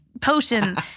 potion